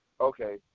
Okay